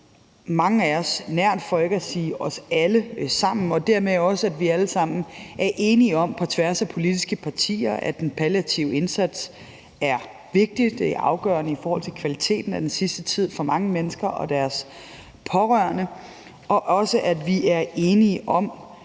mange af os nær, for ikke at sige os alle sammen, og dermed er vi også alle sammen på tværs af de politiske partier enige om, at den palliative indsats er vigtig; den er afgørende i forhold til kvaliteten af den sidste tid for mange mennesker og deres pårørende. Vi er også enige om,